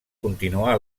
continuà